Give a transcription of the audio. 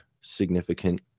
significant